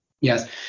Yes